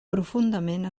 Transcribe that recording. profundament